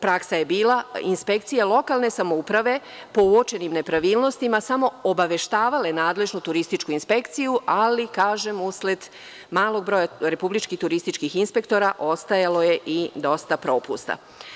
Praksa je bila da su do sada inspekcije lokalne samouprave, po uočenim nepravilnostima samo obaveštavale nadležnu turističku inspekciju, ali, kažem, usled malog broja republičkih turističkih inspektora, ostajalo je i dosta propusta.